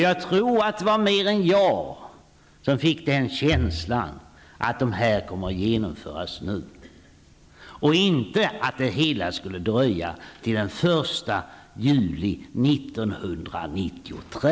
Jag tror att fler än jag fick en känsla av att förslagen skulle genomföras nu och att det inte skulle dröja till den 1 juli 1993.